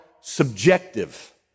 subjective